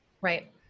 Right